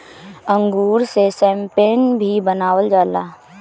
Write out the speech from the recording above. अंगूर से शैम्पेन भी बनावल जाला